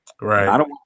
Right